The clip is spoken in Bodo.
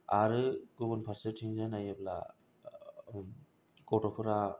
आरो गुबुन फारसेथिंजाय नायोब्ला गथ'फोरा